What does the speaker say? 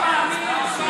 אני לא מאמין למשמע אוזני.